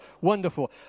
Wonderful